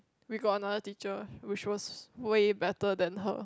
we got another teacher which was way better than her